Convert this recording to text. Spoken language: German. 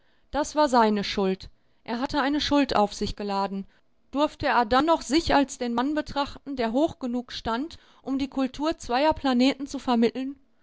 das war seine schuld er hatte eine schuld auf sich geladen durfte er dann noch sich als den mann betrachten der hoch genug stand um die kultur zweier planeten zu vermitteln